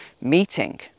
meeting